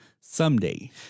someday